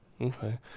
Okay